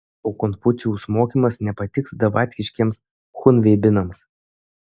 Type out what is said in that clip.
o konfucijaus mokymas nepatiks davatkiškiems chunveibinams